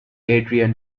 adrian